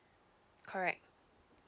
correct